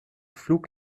flug